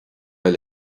eile